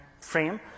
frame